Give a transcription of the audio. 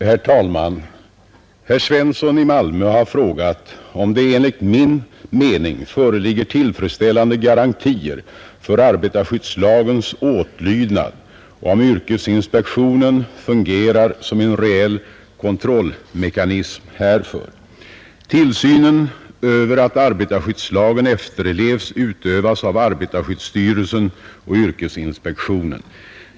Herr talman! Herr Svensson i Malmö har frågat, om det enligt min mening föreligger tillfredsställande garantier för arbetarskyddslagens åtlydnad och om yrkesinspektionen fungerar som en reell kontrollmekanism härför. Tillsynen över att arbetarskyddslagen efterlevs utövas av arbetarskyddsstyrelsen och yrkesinspektionen.